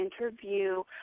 interview